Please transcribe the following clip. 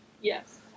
Yes